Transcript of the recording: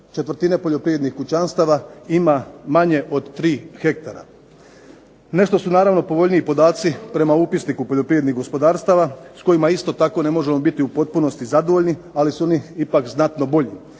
četvrtine poljoprivrednih kućanstava ima manje od 3 hektara. Nešto su naravno povoljniji podaci prema upisniku poljoprivrednih gospodarstava s kojima isto tako ne možemo biti u potpunosti zadovoljni, ali su oni ipak znatno bolji.